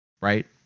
right